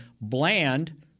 Bland